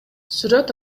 сүрөт